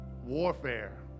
warfare